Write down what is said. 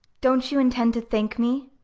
don't you intend to thank me?